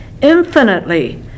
infinitely